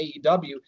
AEW